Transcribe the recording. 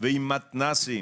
ועם מתנ"סים